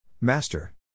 Master